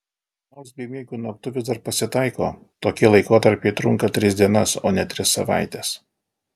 nors bemiegių naktų vis dar pasitaiko tokie laikotarpiai trunka tris dienas o ne tris savaites